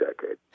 decade